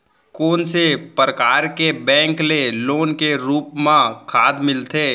कोन से परकार के बैंक ले लोन के रूप मा खाद मिलथे?